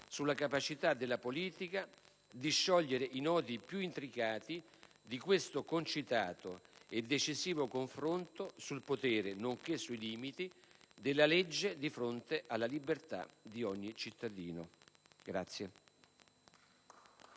sulla capacità della politica di sciogliere i nodi più intricati di questo concitato e decisivo confronto sul potere, nonché sui limiti della legge di fronte alla libertà di ogni cittadino.